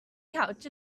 couch